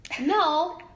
no